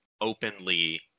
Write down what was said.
openly